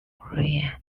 green